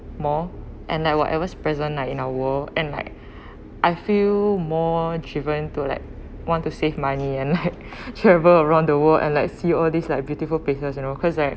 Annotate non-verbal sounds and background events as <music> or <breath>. more and like whatever present like in our world and like <breath> I feel more driven to like want to save money and like <laughs> travel around the world and like see all these like beautiful places you know cause I